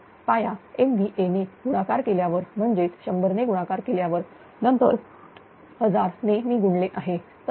तर पाया MVA ने गुणाकार केल्यावर म्हणजेच 100 ने गुणाकार केल्यावर नंतर 1000 ने मी गुणले आहे